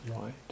right